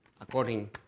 according